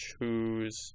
choose